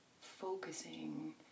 focusing